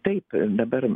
taip dabar